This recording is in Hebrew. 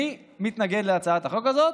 מי מתנגד להצעת החוק הזאת?